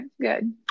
good